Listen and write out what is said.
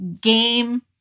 game